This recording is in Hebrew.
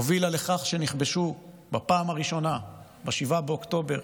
הובילה לכך שנכבשו בפעם הראשונה ב-7 באוקטובר